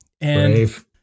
Brave